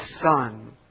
Son